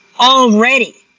already